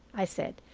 i said.